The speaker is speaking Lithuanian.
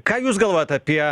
ką jūs galvojat apie